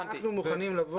אנחנו מוכנים לבוא.